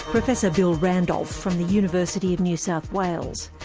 professor bill randolph from the university of new south wales.